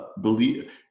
believe